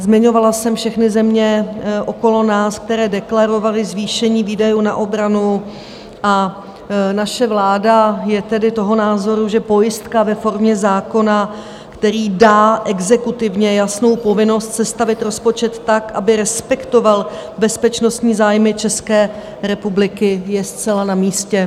Zmiňovala jsem všechny země okolo nás, které deklarovaly zvýšení výdajů na obranu, a naše vláda je tedy toho názoru, že pojistka ve formě zákona, který dá exekutivně jasnou povinnost sestavit rozpočet tak, aby respektoval bezpečnostní zájmy České republiky, je zcela namístě.